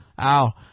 ow